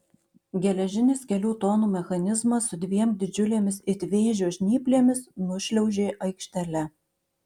geležinis kelių tonų mechanizmas su dviem didžiulėmis it vėžio žnyplėmis nušliaužė aikštele